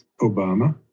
Obama